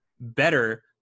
better